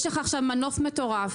יש לך שם נוף מטורף.